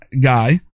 guy